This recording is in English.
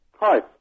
Hi